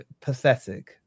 pathetic